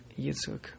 Yitzhak